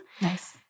Nice